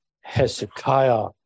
Hezekiah